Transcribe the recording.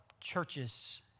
churches